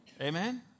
Amen